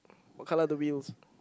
what colour the views